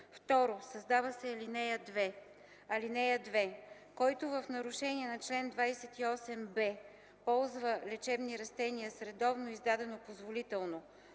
2. Създава се ал. 2: „(2) Който в нарушение на чл. 28б ползва лечебни растения с редовно издадено позволително,